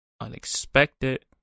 Unexpected